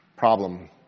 problem